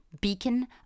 beacon